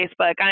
Facebook